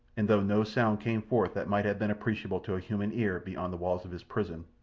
and though no sound came forth that might have been appreciable to a human ear beyond the walls of his prison,